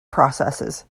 processes